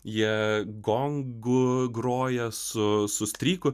jie gongu groja su su stryku